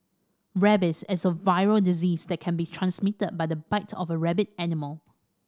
rabies is a viral disease that can be transmitted by the bite of a rabid animal